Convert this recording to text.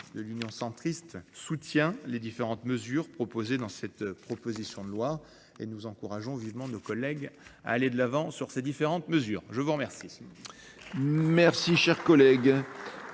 de l'Union centriste soutient les différentes mesures proposées dans cette proposition de loi et nous encourageons vivement nos collègues à aller de l'avant sur ces différentes mesures. Je vous remercie. Merci chers collègues.